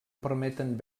permeten